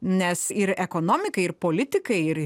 nes ir ekonomikai ir politikai ir